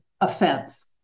offense